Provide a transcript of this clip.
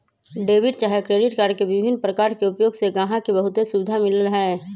debit चाहे credit card के विभिन्न प्रकार के उपयोग से गाहक के बहुते सुभिधा मिललै ह